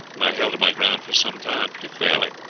and i held my ground for some time pretty fairly,